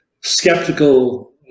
skeptical